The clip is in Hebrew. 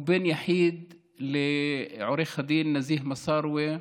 הוא בן יחיד לעו"ד נזיה מסארווה,